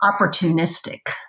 opportunistic